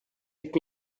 pick